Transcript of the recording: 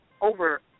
over